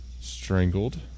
Strangled